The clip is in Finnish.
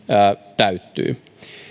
täyttyy